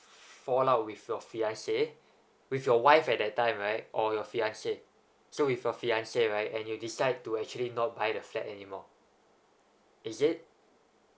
fall out with your fiancee with your wife at that time right or your fiancee so with your fiancee right and you decide to actually not buy the fat anymore is it